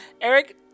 Eric